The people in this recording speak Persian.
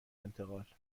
انتقال